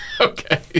Okay